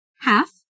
half